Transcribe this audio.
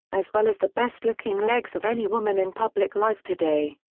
as well as the best-looking legs of any woman in public life today.